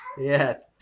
Yes